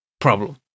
problem